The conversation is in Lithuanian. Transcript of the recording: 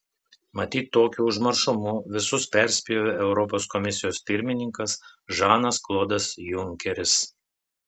matyt tokiu užmaršumu visus perspjovė europos komisijos pirmininkas žanas klodas junkeris